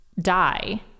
die